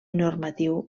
normatiu